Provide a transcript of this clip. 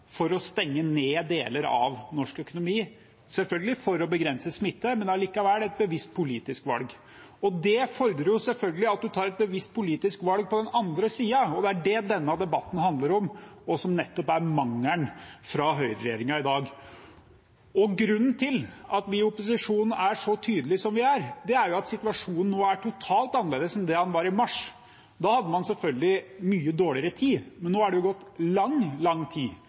for å stenge ned deler av norsk økonomi – selvfølgelig for å begrense smitte, men allikevel et bevisst politisk valg. Det fordrer selvfølgelig at man tar et bevisst politisk valg på den andre siden. Det er det denne debatten handler om, og det som nettopp er mangelen fra høyreregjeringen i dag. Grunnen til at vi i opposisjonen er så tydelige som vi er, er at situasjonen nå er totalt annerledes enn det den var i mars. Da hadde man selvfølgelig mye dårligere tid, men nå har det gått lang, lang tid,